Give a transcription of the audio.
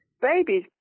Babies